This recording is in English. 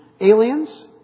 Aliens